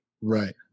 Right